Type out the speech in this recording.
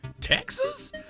Texas